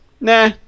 nah